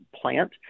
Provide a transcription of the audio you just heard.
plant